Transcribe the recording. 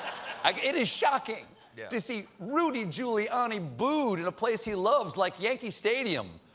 it is shocking yeah to see ruddy giuliani booed in a place he loves like yankee stadium.